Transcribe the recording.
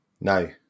No